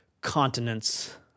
continents